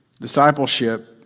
Discipleship